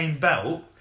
belt